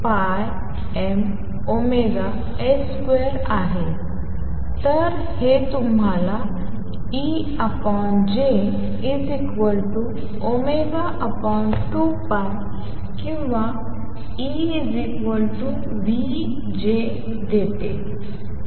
तर हे तुम्हाला EJ2π किंवा E νJ देते